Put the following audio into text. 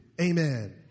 Amen